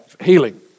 healing